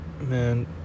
Man